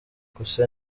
gusa